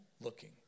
looking